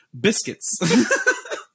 Biscuits